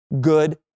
good